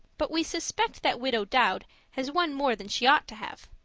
but we suspect that widow dowd has one more than she ought to have.